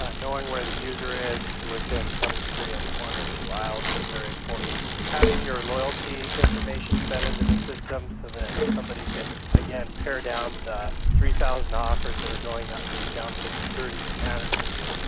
ah knowing where the user is to within some degree of one or two aisles is very important, having your loyalty information set into the system so that somebody can, again, pare down the three thousand offers that are going that week down to the thirty that matter to you,